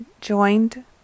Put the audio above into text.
joined